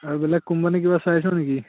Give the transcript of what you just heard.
আৰু বেলেগ কোম্পানী কিবা চাইছ নেকি